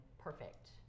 perfect